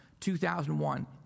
2001